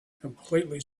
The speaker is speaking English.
completely